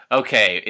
okay